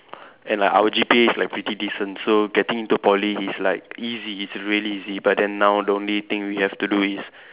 and like our G_P_A is like pretty decent so getting into Poly is like easy it's really easy but then now the only thing we have to do is